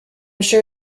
sure